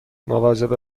مواظب